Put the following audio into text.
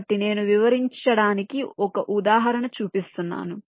కాబట్టి నేను వివరించడానికి ఒక ఉదాహరణ చూపిస్తున్నాను